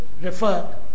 refer